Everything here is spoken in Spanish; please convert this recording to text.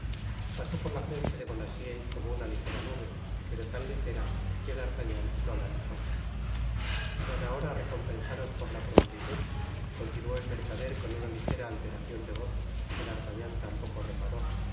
pasó por la frente de bonacieux como una lijera nube pero tan lijera que d'artagnan no la notó y van ahora á recompensaros por la prontilud continuó el mercader con una lijera alteracion de voz que d'artagnan tampoco reparó